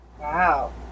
Wow